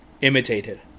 Imitated